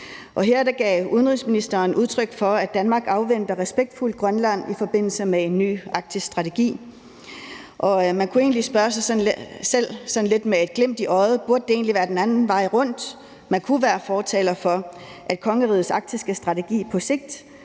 Her gav udenrigsministeren udtryk for, at Danmark respektfuldt afventer Grønland i forbindelse med en ny arktisk strategi. Man kunne spørge sig selv sådan lidt med et glimt i øjet: Burde det egentlig være den anden vej rundt? Man kunne være fortaler for, at kongerigets arktiske strategi på sigt